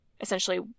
essentially